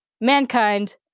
Mankind